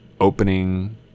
opening